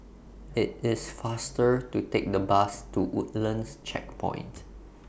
IT IS faster to Take The Bus to Woodlands Checkpoint